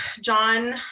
John